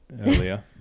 earlier